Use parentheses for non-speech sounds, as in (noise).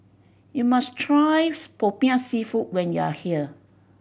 you must try (unintelligible) Popiah Seafood when you are here